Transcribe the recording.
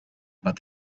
about